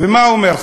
ומה הוא אומר,